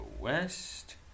west